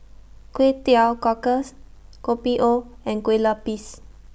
Kway Teow Cockles Kopi O and Kueh Lupis